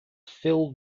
filled